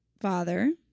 father